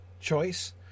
choice